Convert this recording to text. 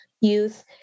youth